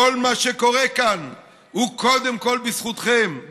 כל מה שקורה כאן הוא קודם כול בזכותכם,